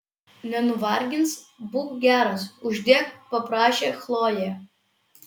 nenuvargins būk geras uždėk paprašė chlojė